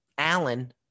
Alan